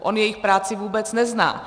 On jejich práci vůbec nezná.